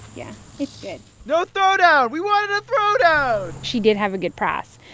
yes. it's good no throwdown. we wanted a throwdown she did have a good price.